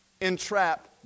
entrap